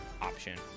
option